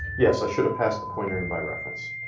yes, i should passed the pointer in by reference.